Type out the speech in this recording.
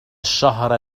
الشهر